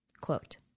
quote